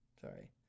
sorry